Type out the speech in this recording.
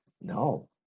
no